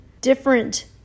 different